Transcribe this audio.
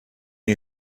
you